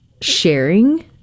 sharing